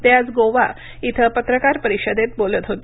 ते आज गोवा इथं पत्रकार परिषदेत बोलत होते